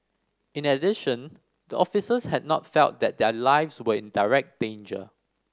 in addition the officers had not felt that their lives were in direct danger